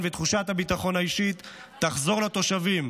ותחושת הביטחון האישי יחזרו לתושבים,